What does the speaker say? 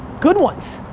good ones.